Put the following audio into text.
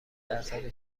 درصد